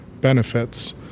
benefits